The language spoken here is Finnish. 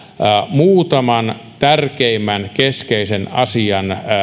muutaman tärkeimmän keskeisen asian